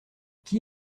qui